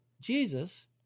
Jesus